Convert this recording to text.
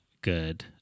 good